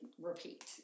repeat